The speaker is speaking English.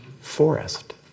forest